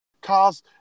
cars